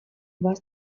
vás